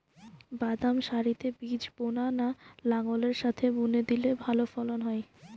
বাদাম সারিতে বীজ বোনা না লাঙ্গলের সাথে বুনে দিলে ভালো ফলন হয়?